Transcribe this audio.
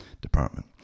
department